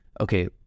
okay